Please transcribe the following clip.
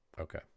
Okay